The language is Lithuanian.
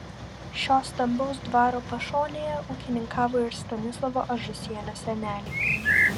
šio stambaus dvaro pašonėje ūkininkavo ir stanislovo ažusienio seneliai